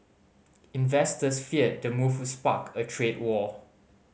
investors feared the move spark a trade war